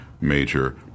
major